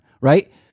right